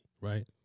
right